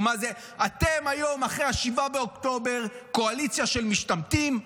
אתם היום, אחרי 7 באוקטובר, קואליציה של משתמטים.